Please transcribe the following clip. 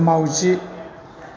माउजि